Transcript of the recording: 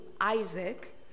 Isaac